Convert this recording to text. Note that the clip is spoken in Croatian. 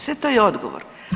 Sve to je odgovor.